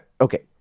okay